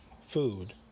food